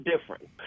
different